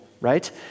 right